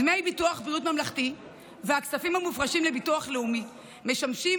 דמי ביטוח בריאות ממלכתי והכספים המופרשים לביטוח לאומי משמשים